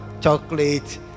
chocolate